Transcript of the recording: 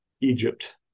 Egypt